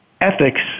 ethics